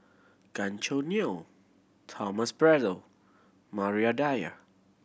Gan Choo Neo Thomas Braddell Maria Dyer